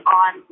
on